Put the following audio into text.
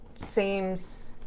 seems